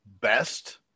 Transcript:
best